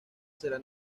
será